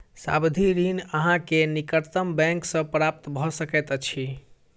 सावधि ऋण अहाँ के निकटतम बैंक सॅ प्राप्त भ सकैत अछि